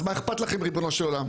אז מה אכפת לכם, ריבונו של עולם?